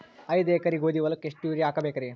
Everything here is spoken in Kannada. ಐದ ಎಕರಿ ಗೋಧಿ ಹೊಲಕ್ಕ ಎಷ್ಟ ಯೂರಿಯಹಾಕಬೆಕ್ರಿ?